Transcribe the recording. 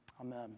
amen